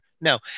No